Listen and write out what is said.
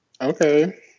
Okay